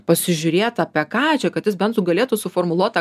pasižiūrėt apie ką čia kad jis bent galėtų suformuluot tą